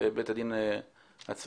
ואתם יושבים שם בבית